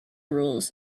rules